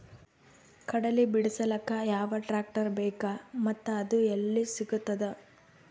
ಕಡಲಿ ಬಿಡಿಸಲಕ ಯಾವ ಟ್ರಾಕ್ಟರ್ ಬೇಕ ಮತ್ತ ಅದು ಯಲ್ಲಿ ಸಿಗತದ?